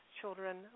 children